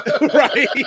right